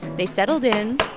they settled in